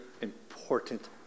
important